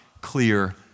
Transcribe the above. clear